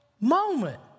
moment